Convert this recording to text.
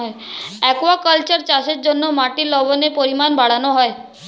aquaculture চাষের জন্য মাটির লবণের পরিমাণ বাড়ানো হয়